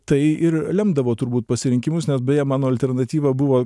tai ir lemdavo turbūt pasirinkimus nes beje mano alternatyva buvo